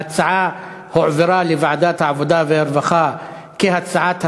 ההצעה הועברה לוועדת העבודה והרווחה כהצעת השרה.